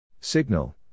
Signal